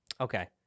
Okay